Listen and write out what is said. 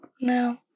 No